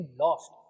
lost